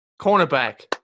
cornerback